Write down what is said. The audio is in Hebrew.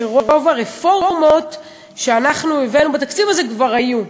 שרוב הרפורמות שאנחנו הבאנו בתקציב הזה כבר היו,